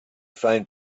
find